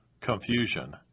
confusion